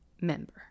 member